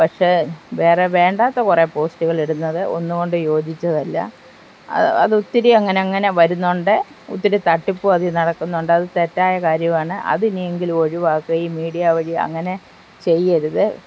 പക്ഷെ വേറെ കുറേ വേണ്ടാത്ത കുറേ പോസ്റ്റുകൾ ഇടുന്നത് ഒന്നുകൊണ്ടും യോജിച്ചതല്ല അത് ഒത്തിരി അങ്ങനെ അങ്ങനെ വരുന്നുണ്ട് ഒത്തിരി തട്ടിപ്പും അതിൽ നടക്കുന്നുണ്ട് അത് തെറ്റായ ഒരു കാര്യമാണ് അത് ഇനിയെങ്കിലും ഒഴിവാക്കുക ഈ മീഡിയ വഴി അങ്ങനെ ചെയ്യരുത്